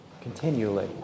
continually